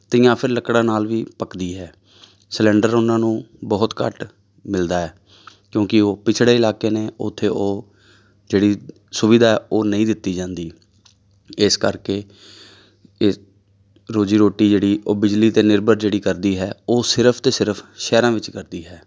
ਅਤੇ ਜਾਂ ਫਿਰ ਲੱਕੜਾਂ ਨਾਲ ਵੀ ਪੱਕਦੀ ਹੈ ਸਿਲੰਡਰ ਉਹਨਾਂ ਨੂੰ ਬਹੁਤ ਘੱਟ ਮਿਲਦਾ ਹੈ ਕਿਉਂਕਿ ਉਹ ਪਿਛੜੇ ਇਲਾਕੇ ਨੇ ਉੱਥੇ ਉਹ ਜਿਹੜੀ ਸੁਵਿਧਾ ਉਹ ਨਹੀਂ ਦਿੱਤੀ ਜਾਂਦੀ ਇਸ ਕਰਕੇ ਇਹ ਰੋਜ਼ੀ ਰੋਟੀ ਜਿਹੜੀ ਉਹ ਬਿਜਲੀ 'ਤੇ ਨਿਰਭਰ ਜਿਹੜੀ ਕਰਦੀ ਹੈ ਉਹ ਸਿਰਫ ਅਤੇ ਸਿਰਫ ਸ਼ਹਿਰਾਂ ਵਿੱਚ ਕਰਦੀ ਹੈ